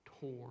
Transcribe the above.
tore